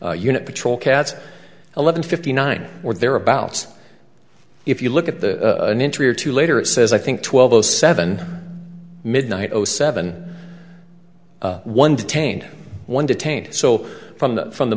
s unit patrol kat's eleven fifty nine or thereabouts if you look at the an interview or two later it says i think twelve o seven midnight zero seven one detained one detained so from the from the